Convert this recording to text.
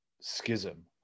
schism